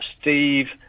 Steve